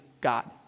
God